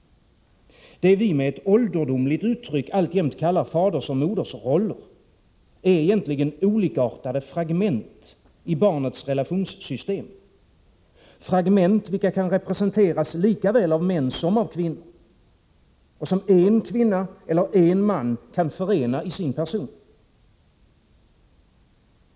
Det vi med ett ålderdomligt uttryck alltjämt kallar fadersoch modersroller är egentligen olikartade fragment i barnets relationssystem, fragment vilka kan representeras lika väl av män som av kvinnor och som en kvinna eller en man kan förena i sin person.